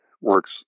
works